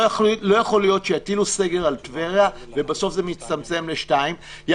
לא יכול להיות שיטילו סגר על טבריה ובסוף זה מצטמצם לשני רחובות.